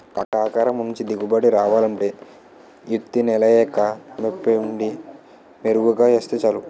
కాకర మంచి దిగుబడి రావాలంటే యిత్తి నెలయ్యాక యేప్పిండిని యెరువుగా యేస్తే సాలు